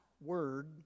word